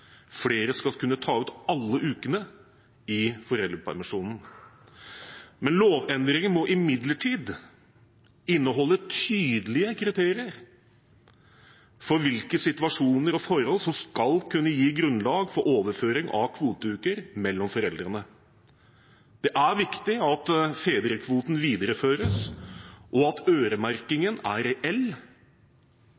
flere skal kunne ta ut alle ukene i foreldrepermisjonen. Lovendringen må imidlertid inneholde tydelige kriterier for hvilke situasjoner og forhold som skal kunne gi grunnlag for overføring av kvoteuker mellom foreldrene. Det er viktig at fedrekvoten videreføres, og at øremerkingen er reell